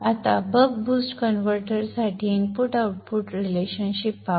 आता buck boost converter साठी input output संबंध पाहू